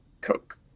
Coke